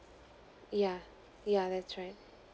yeah yeah that's right